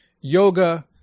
yoga